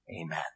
Amen